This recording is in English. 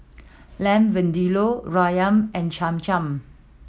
Lamb Vindaloo Ramyeon and Cham Cham